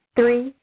Three